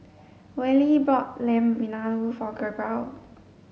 Wally bought Lamb Vindaloo for Gabrielle